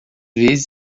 vezes